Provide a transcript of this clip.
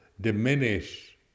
diminish